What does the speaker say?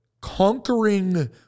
conquering